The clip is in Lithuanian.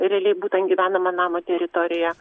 reali būtent gyvenamo namo teritorija